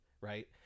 right